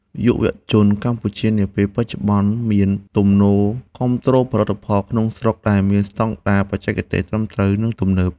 យុវវ័យកម្ពុជានាពេលបច្ចុប្បន្នមានទំនោរគាំទ្រផលិតផលក្នុងស្រុកដែលមានស្តង់ដារបច្ចេកទេសត្រឹមត្រូវ និងទំនើប។